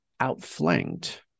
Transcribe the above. outflanked